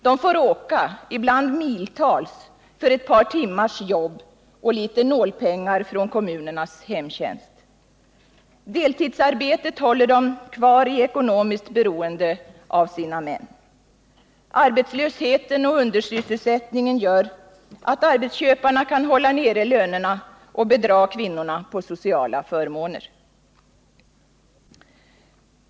De får åka, ibland miltals, för ett par timmars jobb och litet nålpengar från kommunernas hemtjänst. Deltidsarbetet håller dem kvar i ekonomiskt beroende av sina män. Arbetslösheten och undersysselsättningen gör att arbetsköparna kan hålla nere lönerna och bedra kvinnorna på sociala förmåner.